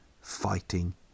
Fighting